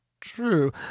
true